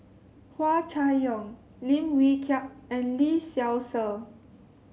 Hua Chai Yong Lim Wee Kiak and Lee Seow Ser